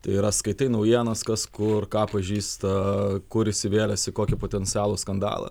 tai yra skaitai naujienas kas kur ką pažįsta kur įsivėlęs į kokį potencialų skandalą